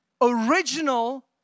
original